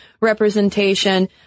representation